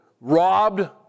robbed